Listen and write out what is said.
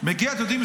אתם יודעים,